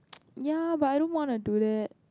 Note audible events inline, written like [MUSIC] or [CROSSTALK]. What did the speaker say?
[NOISE] ya but I don't want to do that